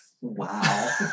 Wow